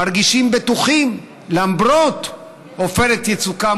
מרגישים בטוחים למרות עופרת יצוקה,